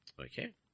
Okay